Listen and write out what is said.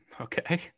okay